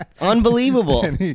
Unbelievable